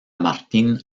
martín